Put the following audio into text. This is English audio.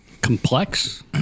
complex